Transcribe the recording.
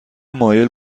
مایل